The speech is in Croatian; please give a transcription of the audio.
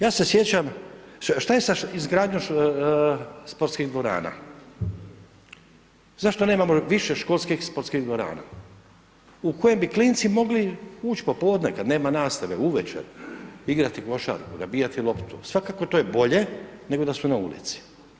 Ja se sjećam, šta je sa izgradnjom sportskih dvorana, zašto nemamo više školskim sportskih dvorana, u kojem bi klinci mogli ući popodne kad nema nastave, uvečer, igrati košarku, nabijati loptu, svakako to je bolje nego da su na ulici.